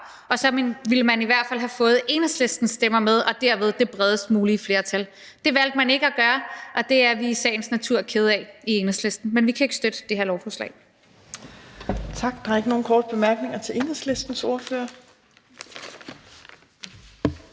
og så ville man i hvert fald have fået Enhedslistens stemmer med og dermed det bredest mulige flertal. Det valgte man ikke at gøre, og det er vi i sagens natur kede af i Enhedslisten, men vi kan ikke støtte det her lovforslag.